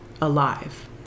alive